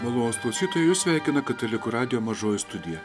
malonūs klausytojai jus sveikina katalikų radijo mažoji studija